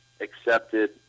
accepted –